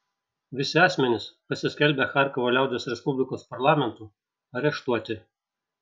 visi asmenys pasiskelbę charkovo liaudies respublikos parlamentu areštuoti